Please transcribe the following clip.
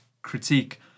critique